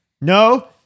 no